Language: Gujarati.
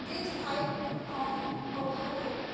તેથી આ એક અભાવે